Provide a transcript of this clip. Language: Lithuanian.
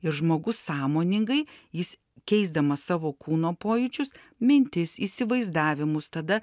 ir žmogus sąmoningai jis keisdamas savo kūno pojūčius mintis įsivaizdavimus tada